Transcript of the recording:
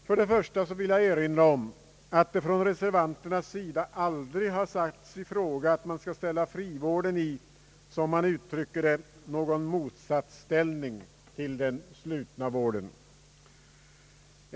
Jag vill först och främst erinra om att det från reservanternas sida aldrig har satts i fråga att man skall sätta frivården i — som man uttrycker det — motsatsställning till den slutna vården.